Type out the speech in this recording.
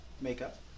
makeup